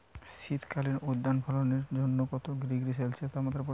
শীত কালীন উদ্যান ফসলের জন্য কত ডিগ্রী সেলসিয়াস তাপমাত্রা প্রয়োজন?